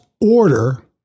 order